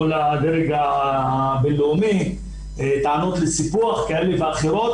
אל מול הדרג הבין-לאומי טענות לסיפור כאלה ואחרות